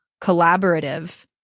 collaborative